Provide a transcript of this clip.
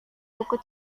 buku